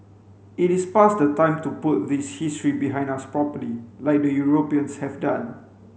it is past the time to put this history behind us properly like the Europeans have done